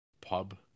pub